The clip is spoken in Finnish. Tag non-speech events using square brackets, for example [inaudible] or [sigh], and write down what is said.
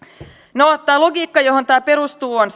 no tämä logiikka johon tämä perustuu on [unintelligible]